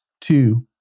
two